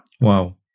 Wow